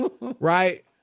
right